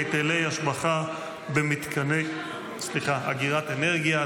היטלי השבחה במתקני אגירת אנרגיה),